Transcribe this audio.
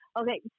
Okay